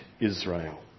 Israel